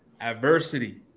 Adversity